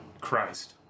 christ